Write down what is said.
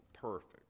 perfect